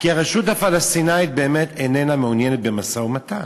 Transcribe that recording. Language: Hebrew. כי הרשות הפלסטינית באמת איננה מעוניינת במשא-ומתן.